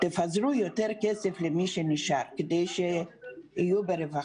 תפזרו יותר כסף למי שנשאר כדי שיחיו ברווחה,